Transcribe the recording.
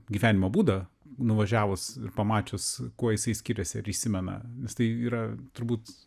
gyvenimo būdą nuvažiavus ir pamačius kuo jisai skiriasi ar įsimena nes tai yra turbūt